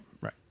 right